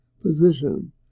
position